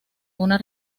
una